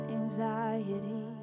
anxiety